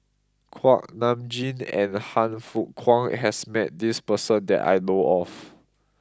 Kuak Nam Jin and Han Fook Kwang has met this person that I know of